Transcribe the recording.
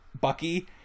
Bucky